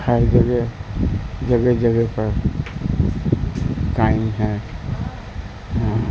ہیر جگہ جگہ جگہ پر قائم ہے ہاں